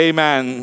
Amen